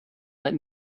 let